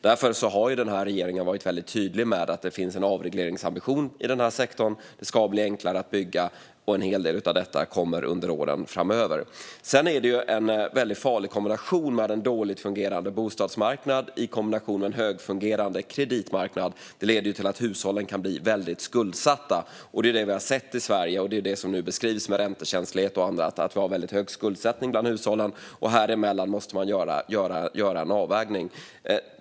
Därför har regeringen varit tydlig med att det finns en avregleringsambition i denna sektor. Det ska bli enklare att bygga, och en hel del av detta kommer under åren framöver. En dåligt fungerande bostadsmarknad och en högfungerande kreditmarknad är en dålig kombination. Det leder till att hushållen kan bli väldigt skuldsatta. Det är det vi har sett i Sverige och som beskrivs med räntekänslighet och annat. Häremellan måste man göra en avvägning.